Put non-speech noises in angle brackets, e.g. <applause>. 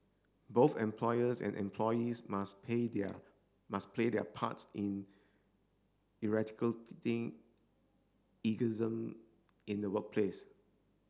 both employers and employees must play their must play their part in <unintelligible> ageism in the workplace